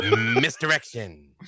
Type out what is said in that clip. Misdirection